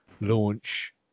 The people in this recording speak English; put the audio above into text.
launch